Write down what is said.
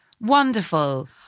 wonderful